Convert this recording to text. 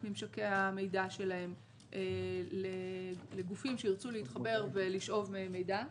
ממשקי המידע שלהם לגופים שירצו להתחבר ולשאוב מהם מידע.